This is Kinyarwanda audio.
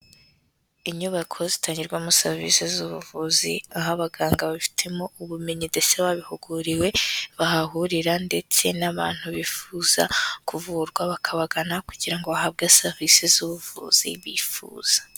Inyubako zitangirwamo serivisi z'ubuvuzi aho abaganga babifitemo ubumenyi ndetse babihuguriwe bahahurira ndetse n'abantu bifuza kuvurwa bakabagana kugira ngo bahabwe serivisi z'ubuvuzi bifuza.